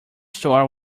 store